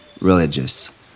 religious